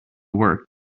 work